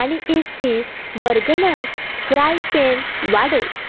आनी एक piece Bergner fry pan वाडय